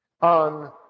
on